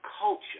culture